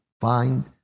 find